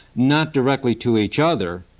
not directly to each other,